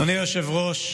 אדוני היושב-ראש,